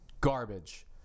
garbage